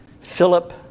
Philip